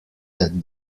that